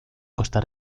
costa